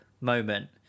moment